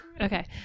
Okay